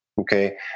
okay